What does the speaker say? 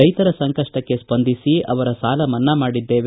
ರೈತರ ಸಂಕಪ್ಪಕ್ಕೆ ಸ್ಪಂದಿಸಿ ಅವರ ಸಾಲ ಮನ್ನಾ ಮಾಡಿದ್ದೇವೆ